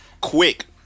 Quick